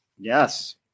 Yes